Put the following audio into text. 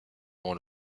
avant